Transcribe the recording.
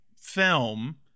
film